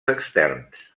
externs